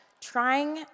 trying